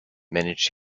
managed